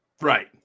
Right